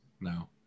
No